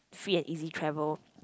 free and easy travel